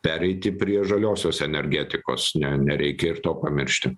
pereiti prie žaliosios energetikos ne nereikia ir to pamiršti